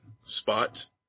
spot